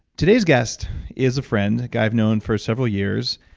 today's guest is a friend, a guy i've known for several years,